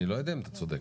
אני לא יודע אם אתה צודק.